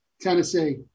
Tennessee